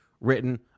written